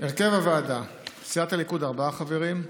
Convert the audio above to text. הרכב הוועדה: סיעת הליכוד, ארבעה חברים,